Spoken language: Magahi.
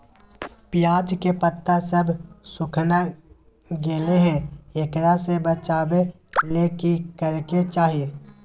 प्याज के पत्ता सब सुखना गेलै हैं, एकरा से बचाबे ले की करेके चाही?